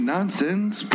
Nonsense